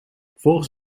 volgens